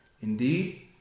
indeed